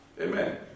Amen